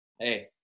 hey